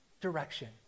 direction